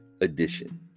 Edition